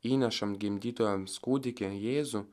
įnešant gimdytojams kūdikį jėzų